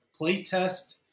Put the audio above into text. playtest